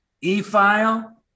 e-file